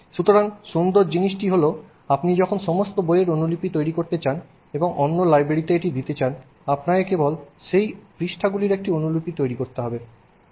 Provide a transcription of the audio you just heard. সুতরাং সুন্দর জিনিসটি হল আপনি যখন সমস্ত বইয়ের অনুলিপি তৈরি করতে চান এবং অন্য লাইব্রেরিতে এটি দিতে চান আপনাকে কেবল সেই পৃষ্ঠাগুলির একটি অনুলিপি তৈরি করতে হবে